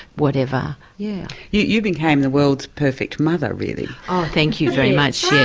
whatever. yeah you you became the world's perfect mother really. oh thank you very much.